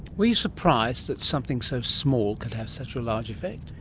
were you surprised that something so small could have such a large effect?